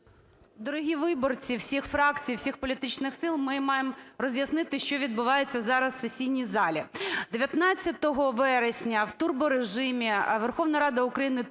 Дорогі виборці всіх фракцій, всіх політичних сил. Ми маємо роз'яснити, що відбувається зараз в сесійній залі. 19 вересня в турборежимі Верховна Рада України тиснула